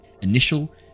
initial